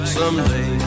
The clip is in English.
someday